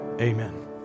Amen